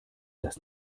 das